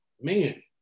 man